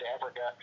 Africa